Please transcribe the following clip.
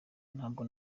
nabwo